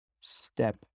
Step